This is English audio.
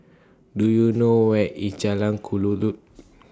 Do YOU know Where IS Jalan Kelulut